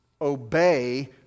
obey